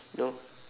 nope